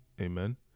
amen